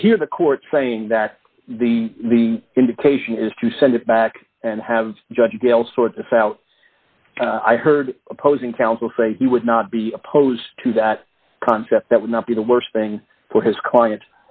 i hear the court saying that the the indication is to send it back and have judge gale sort this out i heard opposing counsel say he would not be opposed to that concept that would not be the worst thing for his client